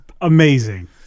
amazing